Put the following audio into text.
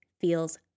feels